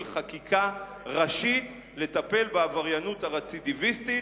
חקיקה ראשית לטפל בעבריינות הרצידיביסטית,